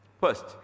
First